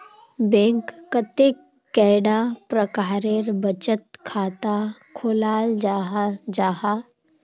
Bank कतेक कैडा प्रकारेर बचत खाता खोलाल जाहा जाहा?